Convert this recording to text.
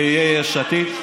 זה יהיה יש עתיד.